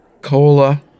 cola